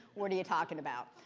what are you talking about?